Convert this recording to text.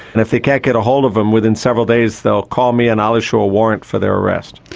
and if they can't get a hold of them within several days they'll call me and i'll issue a warrant for their arrest.